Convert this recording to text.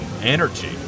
energy